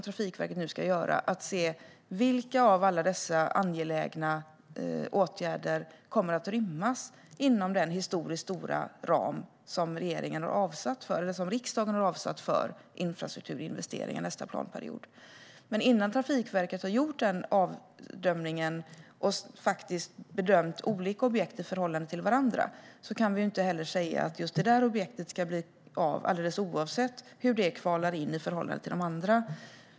Trafikverket ska nu se vilka av alla dessa angelägna åtgärder som kommer att rymmas inom den historiskt stora ram som riksdagen har beslutat om för infrastrukturinvesteringar nästa planperiod. Innan Trafikverket har bedömt olika objekt i förhållande till varandra kan vi inte säga: Just det objektet ska bli av alldeles oavsett hur det kvalar in i förhållande till de andra.